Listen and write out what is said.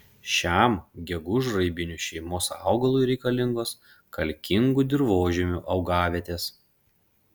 šiam gegužraibinių šeimos augalui reikalingos kalkingų dirvožemių augavietės